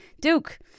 Duke